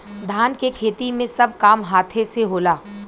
धान के खेती मे सब काम हाथे से होला